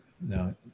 no